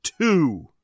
two